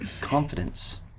confidence